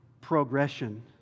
progression